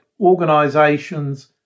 organisations